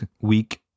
Week